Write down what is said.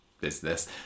business